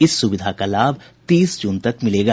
इस सुविधा का लाभ तीस जून तक मिलेगा